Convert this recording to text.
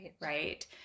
Right